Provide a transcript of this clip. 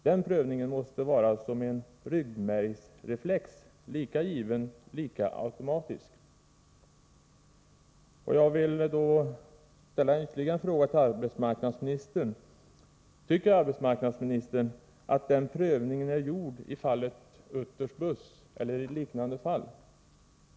Den prövningen måste vara som en ryggmärgsreflex, lika given, lika automatisk.” Jag vill därför ställa ytterligare en fråga till arbetsmarknadsministern. Tycker arbetsmarknadsministern att den här prövningen är gjord i fallet Utters Buss eller i liknande fall?